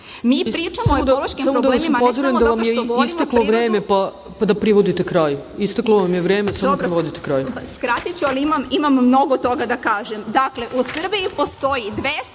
pričamo o ekološkim problemima ne samo zato što volimo prirodu…